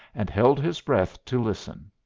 and held his breath to listen.